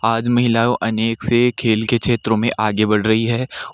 आज महिलाओं अनेक से खेल के क्षेत्रों में आगे बढ़ रही हैं